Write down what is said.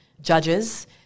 judges